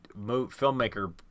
filmmaker